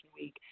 week